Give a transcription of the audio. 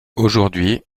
aujourd’hui